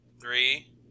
three